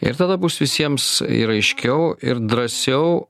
ir tada bus visiems ir aiškiau ir drąsiau